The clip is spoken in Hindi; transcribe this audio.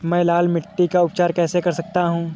मैं लाल मिट्टी का उपचार कैसे कर सकता हूँ?